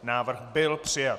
Návrh byl přijat.